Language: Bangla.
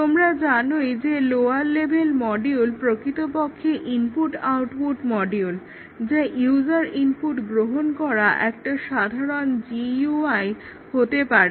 তোমরা জানোই যে লোয়ার লেভেল মডিউল প্রকৃতপক্ষে ইনপুট আউটপুট মডিউল যা ইউজার ইনপুট গ্রহণ করা একটা সাধারণ GUI হতে পারে